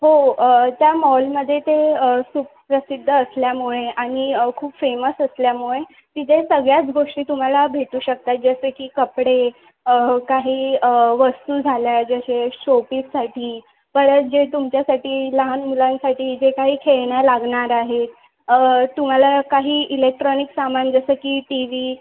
हो त्या मॉलमध्ये ते सुप्रसिद्ध असल्यामुळे आणि खूप फेमस असल्यामुळे तिथे सगळ्याच गोष्टी तुम्हाला भेटू शकतात जसं की कपडे काही वस्तू झाल्या जसे शोपीससाठी परत जे तुमच्यासाठी लहान मुलांसाठी जे काही खेळण्या लागणार आहेत तुम्हाला काही इलेक्ट्रॉनिक सामान जसं की टी वी